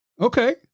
Okay